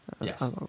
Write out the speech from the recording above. Yes